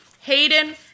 Hayden